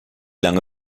lange